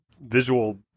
visual